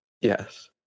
Yes